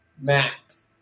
Max